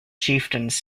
chieftains